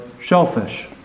shellfish